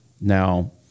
Now